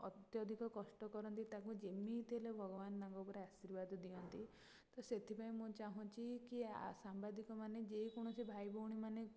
ଅତ୍ୟଧିକ କଷ୍ଟ କରନ୍ତି ତାଙ୍କୁ ଯେମିତି ହେଲେ ଭଗବାନ ତାଙ୍କ ଉପରେ ଆଶୀର୍ବାଦ ଦିଅନ୍ତି ତ ସେଥିପାଇଁ ମୁଁ ଚାହୁଁଛି କି ସାମ୍ବାଦିକମାନେ ଯେକୌଣସି ଭାଇ ଭଉଣୀମାନେ